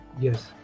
yes